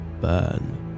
burn